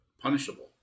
punishable